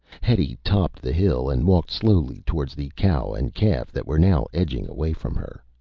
hetty topped the hill and walked slowly towards the cow and calf that were now edging away from her.